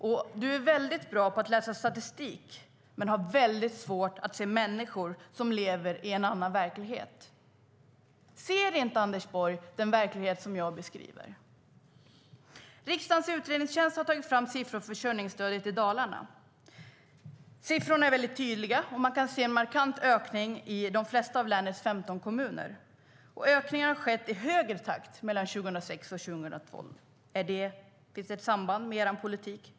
Och du är bra på att läsa statistik men har väldigt svårt att se människor som lever i en annan verklighet. Ser inte Anders Borg den verklighet som jag beskriver? Riksdagens utredningstjänst har tagit fram siffror för försörjningsstödet i Dalarna. Siffrorna är tydliga. Man kan se en markant ökning i de flesta av länets 15 kommuner. Ökningarna har skett i högre takt mellan 2006 och 2012. Finns det ett samband med er politik?